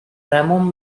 ramón